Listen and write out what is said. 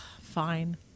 Fine